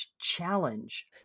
challenge